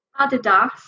adidas